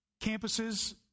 campuses